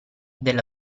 della